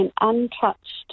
untouched